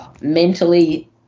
mentally